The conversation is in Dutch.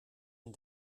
een